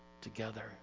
together